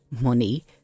Money